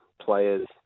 players